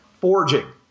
forging